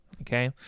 okay